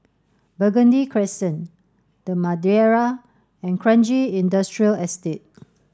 Burgundy Crescent The Madeira and Kranji Industrial Estate